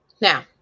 now